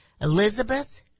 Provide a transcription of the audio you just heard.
Elizabeth